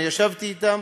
ישבתי אתם,